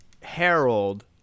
Harold